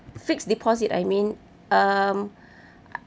fixed deposit I mean um